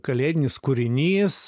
kalėdinis kūrinys